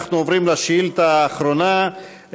אנחנו עוברים לשאילתה האחרונה,